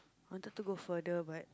wanted to go further but